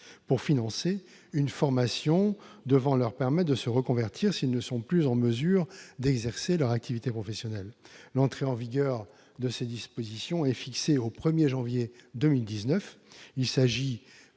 pour financer une formation devant leur permettre de se reconvertir si elles ne sont plus en mesure d'exercer leur activité professionnelle. L'entrée en vigueur de cette disposition est fixée au 1 janvier 2019. Il s'agit